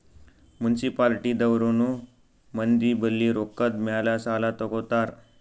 municipality ದವ್ರನು ಮಂದಿ ಬಲ್ಲಿ ರೊಕ್ಕಾದ್ ಮ್ಯಾಲ್ ಸಾಲಾ ತಗೋತಾರ್